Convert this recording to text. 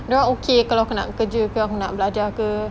dorang okay kalau aku nak kerja ke nak belajar ke